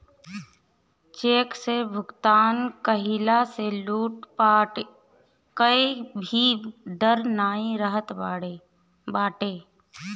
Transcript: check से भुगतान कईला से लूटपाट कअ भी डर नाइ रहत बाटे